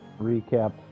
recap